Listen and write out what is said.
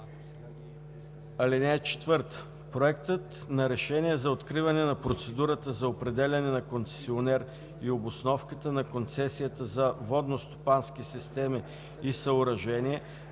и оценки. (4) Проектът на решение за откриване на процедурата за определяне на концесионер и обосновката на концесията за водностопански системи и съоръжения